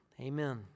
amen